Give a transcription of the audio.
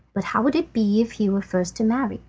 but how would it be if he were first to marry?